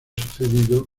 sucedido